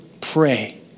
pray